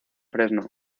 fresno